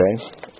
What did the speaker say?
Okay